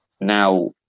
now